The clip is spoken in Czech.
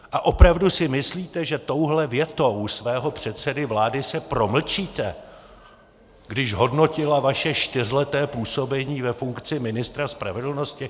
A opravdu si myslíte, že touhle větou svého předsedy vlády se promlčíte, když hodnotila vaše čtyřleté působení ve funkci ministra spravedlnosti?